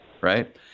right